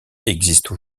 existent